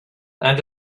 and